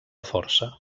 força